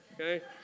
Okay